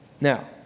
Now